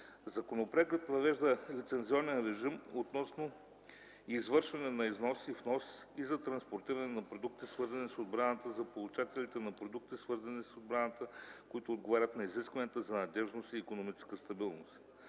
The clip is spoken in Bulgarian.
Законопроектът въвежда лицензионен режим относно извършване на износ и внос и за транспортиране на продукти, свързани с отбраната, за получателите на продукти, свързани с отбраната, които отговарят на изискванията за надеждност и икономическа стабилност.